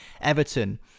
Everton